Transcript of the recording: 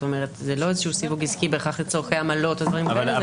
זה לא איזשהו סיווג עסקי בהכרח לצורכי עמלות או דברים כאלו.